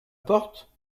porte